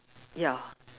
ya